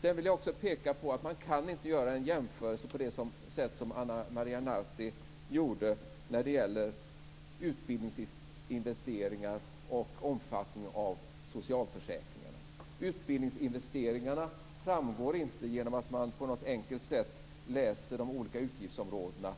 Sedan vill jag också peka på att man inte kan göra en jämförelse på det sätt som Ana Maria Narti gjorde när det gäller utbildningsinvesteringar och omfattning av socialförsäkringarna. Utbildningsinvesteringarna framgår inte genom att man på något enkelt sätt läser på de olika utgiftsområdena.